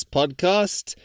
podcast